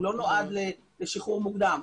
הוא לא נועד לשחרור מוקדם,